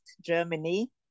Germany